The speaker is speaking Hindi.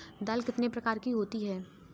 दाल कितने प्रकार की होती है?